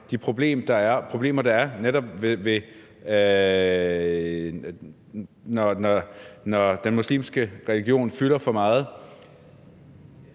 de problemer, der er, netop når den muslimske religion fylder for meget